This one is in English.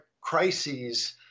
crises